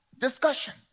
discussion